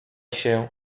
się